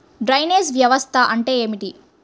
Drainage వ్యవస్థ అంటే ఏమిటి?